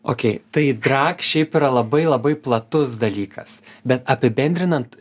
okey tai drag šiaip yra labai labai platus dalykas bet apibendrinant